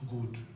Good